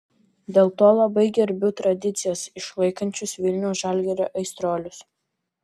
dėl to labai gerbiu tradicijas išlaikančius vilniaus žalgirio aistruolius